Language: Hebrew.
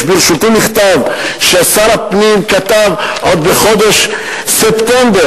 יש ברשותי מכתב ששר הפנים כתב עוד בחודש ספטמבר,